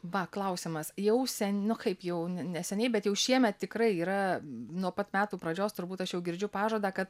va klausimas jau sen nu kaip jau ne neseniai bet jau šiemet tikrai yra nuo pat metų pradžios turbūt aš jau girdžiu pažadą kad